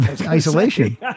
isolation